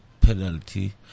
penalty